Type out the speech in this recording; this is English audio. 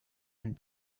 and